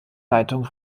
leitung